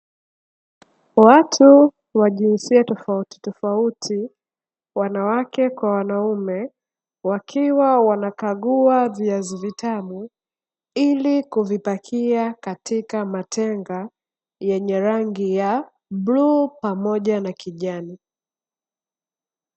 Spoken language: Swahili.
Watu wa jinsia tofautitofauti wanawake kwa wanaume, wakiwa wanakagua viazi vitamu ili kuvipakia katika matenga yenye rangi ya bluu pamoja na kijani.